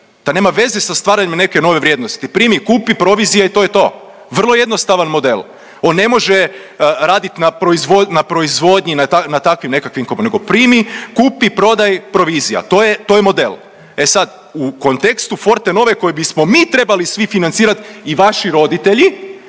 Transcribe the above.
to nema veza sa stvaranjem neke nove vrijednosti, primi, kupi, provizije i to je to vrlo jednostavan model. On ne može radit na proizvodnji na takvim nekakvim, nego primi, kupi, prodaj, provizija to je model. E sad u kontekstu Fortenove koji bismo mi trebali svi financirat i vaši roditelji